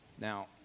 Now